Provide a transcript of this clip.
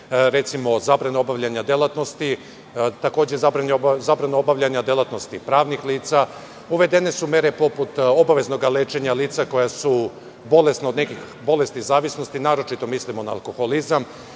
recimo, zabrane obaljanja delatnosti. Takođe, zabrana obavljanja delatnosti pravnih lica, uvedene su mere poput obaveznog lečenja lica koja su bolesna od nekih bolesti zavisnosti, naročito mislimo na alkoholizam. Imamo